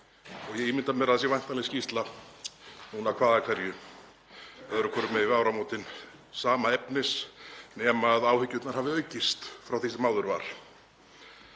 og ég ímynda mér að það sé væntanleg skýrsla núna hvað úr hverju, öðru hvorum megin við áramótin, sama efnis nema að áhyggjurnar hafi aukist frá því sem áður var.